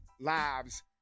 Lives